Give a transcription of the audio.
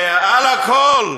ועל הכול,